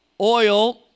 Oil